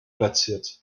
platziert